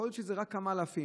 יכול להיות שזה רק כמה אלפים,